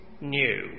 new